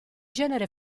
genere